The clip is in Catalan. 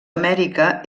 amèrica